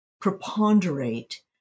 preponderate